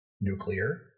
nuclear